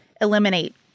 eliminate